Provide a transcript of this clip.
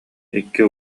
икки